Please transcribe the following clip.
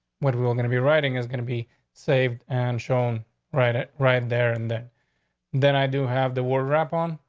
what we were gonna be writing is gonna be saved and shown right it right there. and then then i do have the world rap on.